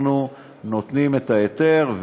אנחנו נותנים את ההיתר,